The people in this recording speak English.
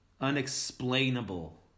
unexplainable